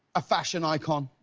a fashion icon,